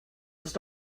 ist